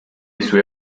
sue